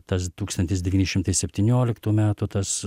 tas tūkstantis devyni šimtai septynioliktų metų tas